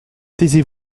taisez